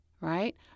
right